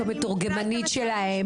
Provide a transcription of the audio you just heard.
ואת לא מתורגמנית שלהם.